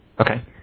okay